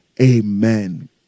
Amen